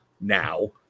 now